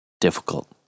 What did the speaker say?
difficult